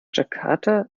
jakarta